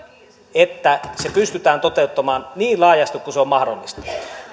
että se pystytään toteuttamaan niin laajasti kuin se on mahdollista